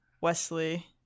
Wesley